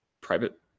private